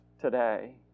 today